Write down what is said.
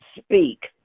speak